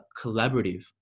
collaborative